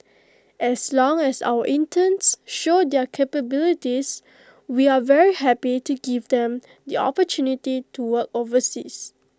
as long as our interns show their capabilities we are very happy to give them the opportunity to work overseas